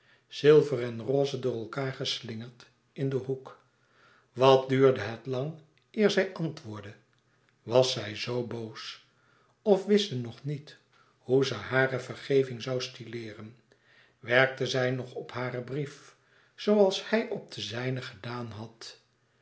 zilver en roze door elkaâr geslingerd in den hoek wat duurde het lang eer zij antwoordde was zij z boos of wist ze nog niet hoe ze hare vergeving zoû styleeren werkte zij nog op haren brief zooals hij op den zijne gedaan had